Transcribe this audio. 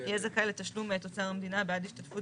יהיה זכאי לתשלום מאת אוצר המדינה בעד השתתפות